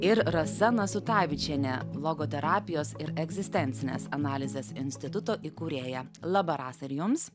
ir rasa nasutavičienė logoterapijos ir egzistencinės analizės instituto įkūrėja laba rasa ir jums